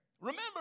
Remember